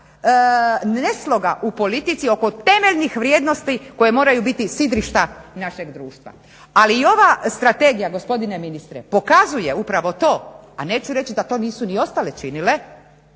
nesloga u politici oko temeljnih vrijednosti koje moraju biti sidrišta našeg društva. Ali ova strategija gospodine ministre pokazuje upravo to, a neću reći da to nisu ni ostale činile,